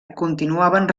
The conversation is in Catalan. continuaven